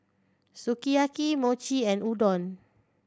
Sukiyaki Mochi and Udon